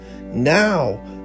Now